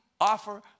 offer